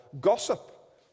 gossip